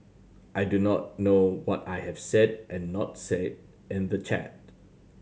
I do not know what I have said and not said in the chat